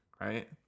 right